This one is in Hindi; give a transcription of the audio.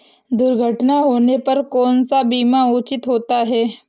दुर्घटना होने पर कौन सा बीमा उचित होता है?